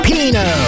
Pino